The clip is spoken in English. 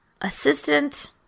assistant